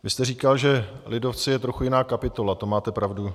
Vy jste říkal, že lidovci jsou trochu jiná kapitola, to máte pravdu.